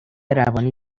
روانی